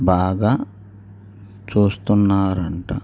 బాగా చూస్తున్నారట